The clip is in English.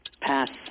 Pass